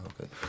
okay